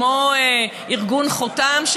כמו של ארגון חותם,